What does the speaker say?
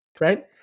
right